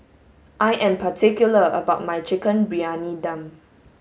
I am particular about my chicken Briyani Dum